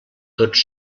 tots